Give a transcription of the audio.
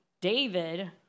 David